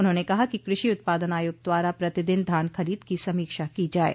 उन्होंने कहा कि कृषि उत्पादन आयुक्त द्वारा प्रतिदिन धान खरीद की समीक्षा की जाये